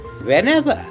whenever